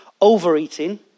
overeating